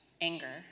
anger